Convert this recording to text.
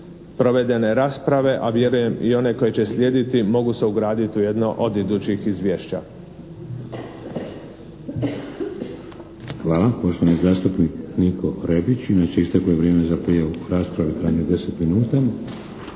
provedene rasprave a vjerujem i one koje će sljediti mogu se ugraditi u jedno od idućih izvješća. **Šeks, Vladimir (HDZ)** Hvala. Poštovani zastupnik Niko Rebić. Inače isteklo je vrijeme za prijavu rasprave u trajanju od 10 minuta.